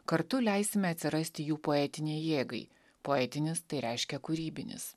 kartu leisime atsirasti jų poetinei jėgai poetinis tai reiškia kūrybinis